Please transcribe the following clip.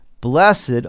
Blessed